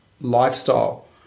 lifestyle